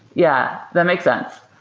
yeah, that makes sense.